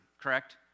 correct